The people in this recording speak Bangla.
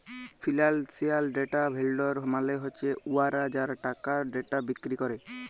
ফিল্যাল্সিয়াল ডেটা ভেল্ডর মালে হছে উয়ারা যারা টাকার ডেটা বিক্কিরি ক্যরে